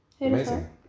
Amazing